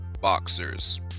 Boxers